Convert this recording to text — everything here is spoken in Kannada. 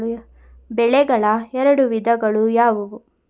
ಬೆಳೆಗಳ ಎರಡು ವಿಧಗಳು ಯಾವುವು?